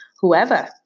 whoever